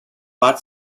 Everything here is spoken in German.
bad